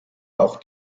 auch